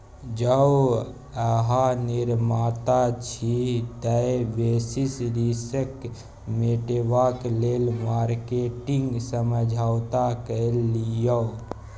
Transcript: जौं अहाँ निर्माता छी तए बेसिस रिस्क मेटेबाक लेल मार्केटिंग समझौता कए लियौ